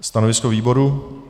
Stanovisko výboru?